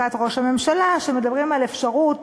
בלשכת ראש הממשלה, שמדברים על אפשרות